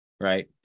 Right